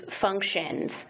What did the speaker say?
functions